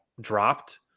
dropped